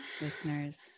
listeners